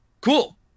Cool